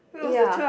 ya